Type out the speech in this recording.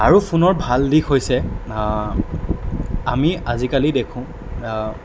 আৰু ফোনৰ ভাল দিশ হৈছে আমি আজিকালি দেখোঁ